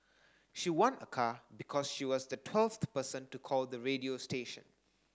she won a car because she was the twelfth person to call the radio station